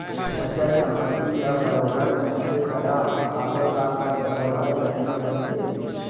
अचल संपत्ति ह बरोबर मनखे करा सालो साल तक बरोबर बने रहिथे